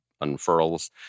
Unfurls